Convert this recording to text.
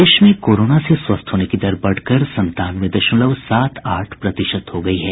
प्रदेश में कोरोना से स्वस्थ होने की दर बढ़कर संतानवे दशमलव सात आठ प्रतिशत हो गयी है